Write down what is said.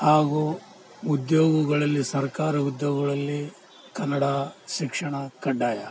ಹಾಗೂ ಉದ್ಯೋಗಗಳಲ್ಲಿ ಸರ್ಕಾರ ಉದ್ಯೋಗಗಳಲ್ಲಿ ಕನ್ನಡ ಶಿಕ್ಷಣ ಕಡ್ಡಾಯ